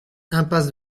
impasse